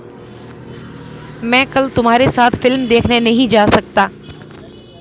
मैं कल तुम्हारे साथ फिल्म नहीं देखने जा सकता